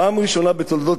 פעם ראשונה בתולדות,